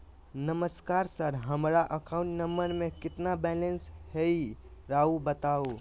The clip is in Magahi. नमस्कार सर हमरा अकाउंट नंबर में कितना बैलेंस हेई राहुर बताई?